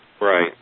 Right